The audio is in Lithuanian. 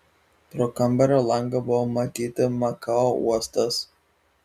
pro kambario langą buvo matyti makao uostas